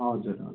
हजुर हजुर